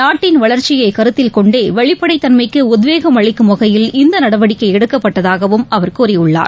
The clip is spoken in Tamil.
நாட்டின் வளர்ச்சியைகருத்தில் கொண்டேவெளிப்படைத்தன்மைக்கு உத்வேகம் அளிக்கும் வகையில் இந்தநடவடிக்கைஎடுக்கப்பட்டதாகவும் அவர் கூறியுள்ளார்